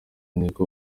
niko